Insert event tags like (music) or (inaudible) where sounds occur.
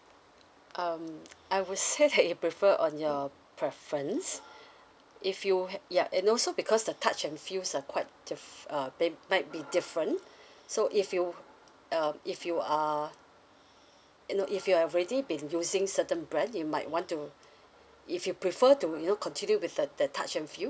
um I would say that (laughs) it prefer on your preference if you had ya and also because the touch and feels are quite diff uh they might be different so if you um if you are you know if you are already been using certain brand you might want to if you prefer to you know continue with the the touch and feel